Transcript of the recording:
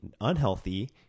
unhealthy